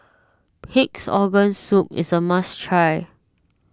Pig's Organ Soup is a must try